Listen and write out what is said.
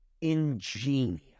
ingenious